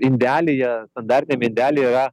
indelyje standartiniam indely yra